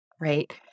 right